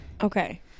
Okay